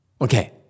Okay